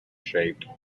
shaped